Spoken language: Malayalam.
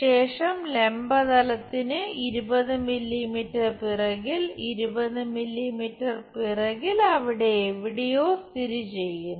ശേഷം ലംബ തലത്തിന് 20 മില്ലിമീറ്റർ പിറകിൽ 20 മില്ലിമീറ്റർ പിറകിൽ അവിടെ എവിടെയോ സ്ഥിതിചെയ്യുന്നു